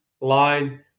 line